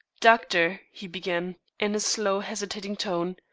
doctor, he began, in a slow, hesitating tone,